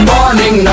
Morning